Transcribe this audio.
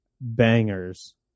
bangers